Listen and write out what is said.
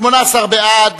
18 בעד,